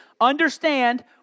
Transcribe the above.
Understand